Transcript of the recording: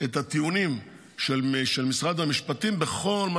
את הטיעונים של משרד המשפטים בכל מה